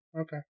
Okay